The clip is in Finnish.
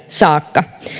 saakka